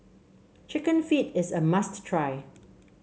chicken feet is a must try